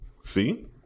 see